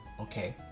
Okay